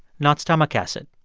not stomach acid.